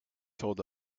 told